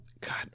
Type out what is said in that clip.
God